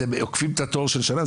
אתם עוקפים את התור של שנה?